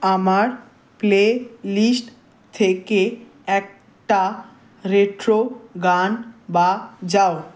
আমার playlist থেকে একটা রেট্রো গান বাজাও